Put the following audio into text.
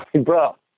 Bro